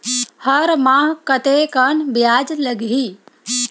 हर माह कतेकन ब्याज लगही?